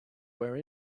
were